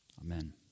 Amen